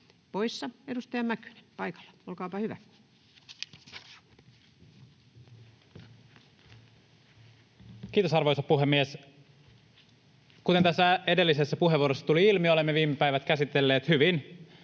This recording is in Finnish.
poissa. Edustaja Mäkynen paikalla, olkaapa hyvä. Kiitos, arvoisa puhemies! Kuten tässä edellisessä puheenvuorossa tuli ilmi, olemme viime päivät käsitelleet hyvin